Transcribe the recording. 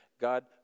God